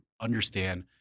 understand